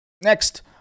Next